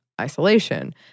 isolation